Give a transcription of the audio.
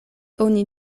oni